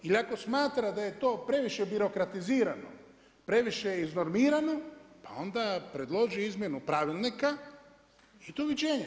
Ili ako smatra da je to previše birokratizirano, previše iz normirano, pa onda predloži izmjenu, pravilnika i doviđenja.